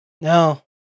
No